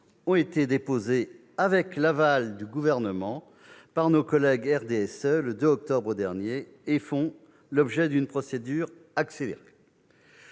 ont été déposés, avec l'aval du Gouvernement, par nos collègues du RDSE le 2 octobre dernier et font l'objet d'une procédure accélérée.